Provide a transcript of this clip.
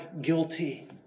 guilty